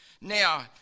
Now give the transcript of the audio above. Now